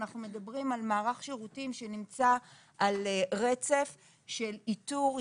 אנחנו מדברים על מערך שירותים שנמצא על רצף של איתור,